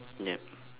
yup